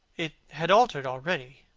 it had altered already,